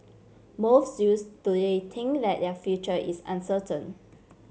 most youths today think that their future is uncertain